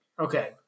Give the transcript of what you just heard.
Okay